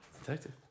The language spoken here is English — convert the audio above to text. Detective